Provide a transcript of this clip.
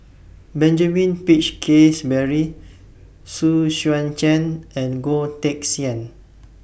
Benjamin Peach Keasberry Xu Xuan Zhen and Goh Teck Sian